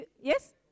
Yes